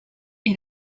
est